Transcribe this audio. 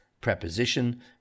preposition